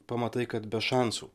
pamatai kad be šansų